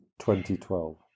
2012